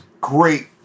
great